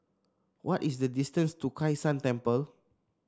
what is the distance to Kai San Temple